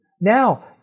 Now